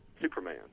Superman